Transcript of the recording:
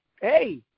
hey